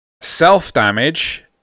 Self-damage